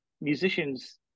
musicians